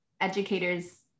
educators